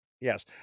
Yes